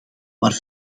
maar